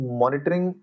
monitoring